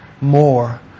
more